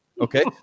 Okay